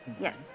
Yes